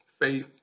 faith